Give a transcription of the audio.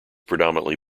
predominantly